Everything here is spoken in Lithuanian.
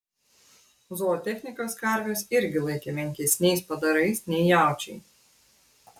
zootechnikas karves irgi laikė menkesniais padarais nei jaučiai